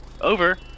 Over